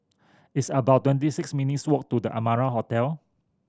it's about twenty six minutes' walk to The Amara Hotel